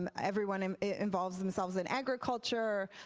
um everyone and involved themselves in agriculture,